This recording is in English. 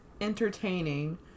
entertaining